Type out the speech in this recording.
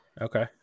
Okay